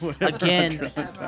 Again